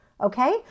okay